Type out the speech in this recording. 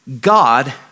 God